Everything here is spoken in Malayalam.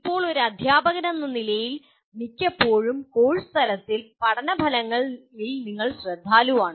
ഇപ്പോൾ ഒരു അദ്ധ്യാപകനെന്ന നിലയിൽ മിക്കപ്പോഴും കോഴ്സ് തലത്തിൽ പഠനഫലങ്ങളിൽ നിങ്ങൾ ശ്രദ്ധാലുവാണ്